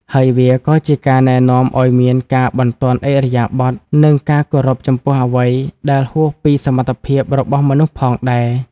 ហើយវាក៏ជាការណែនាំឱ្យមានការបន្ទន់ឥរិយាបថ និងការគោរពចំពោះអ្វីដែលហួសពីសមត្ថភាពរបស់មនុស្សផងដែរ។